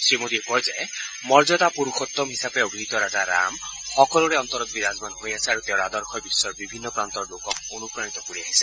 শ্ৰীমোডীয়ে কয় যে মৰ্যাদা পুৰুষোত্তম হিচাপে অভিহিত ৰজা ৰাম সকলোৰে অন্তৰত বিৰাজমান হৈ আছে আৰু তেওঁৰ আদৰ্শই বিশ্বৰ বিভিন্ন প্ৰান্তৰ লোকক অনুপ্ৰাণিত কৰি আহিছে